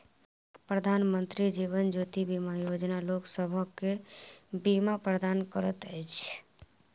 प्रधानमंत्री जीवन ज्योति बीमा योजना लोकसभ के बीमा प्रदान करैत अछि